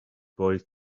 boy